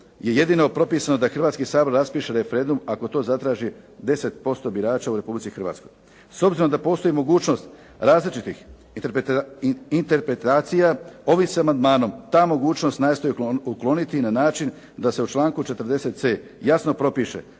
je jedino propisano da Hrvatski sabor raspiše referendum ako to zatraži 10% birača u Republici Hrvatskoj. S obzirom da postoji mogućnost različitih interpretacija ovim se amandmanom ta mogućnost nastoji ukloniti na način da se u članku 40.c jasno propiše